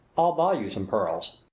i'll buy you some pearls.